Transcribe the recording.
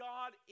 God